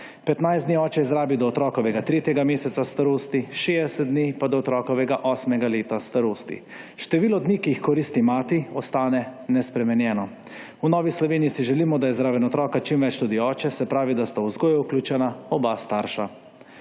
15 dni otroče izrabi do otrokovega 3. meseca starosti, 60 dni pa do otrokovega 8. leta starosti. Število dni, ki jih koristi mati, ostane nespremenjeno. V Novi Sloveniji si želimo, da je zraven otroka čim več tudi oče, se pravi, da sta v vzgojo vključena oba starša.